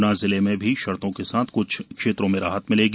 ग्ना जिले में भी शर्तों के साथ क्छ क्षेत्रों में राहत मिलेगी